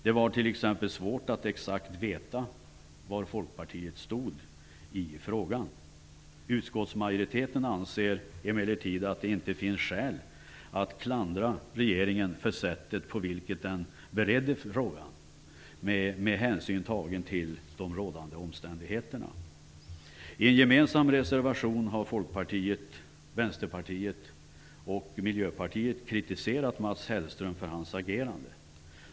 Det var t.ex. svårt att exakt veta var Folkpartiet stod i frågan. Utskottsmajoriteten anser emellertid att det inte finns skäl att klandra regeringen för det sätt på vilket den beredde frågan men hänsyn tagen till de rådande omständigheterna. I en gemensam reservation har Folkpartiet, Vänsterpartiet och Miljöpartiet kritiserat Mats Hellström för hans agerande.